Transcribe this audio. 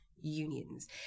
unions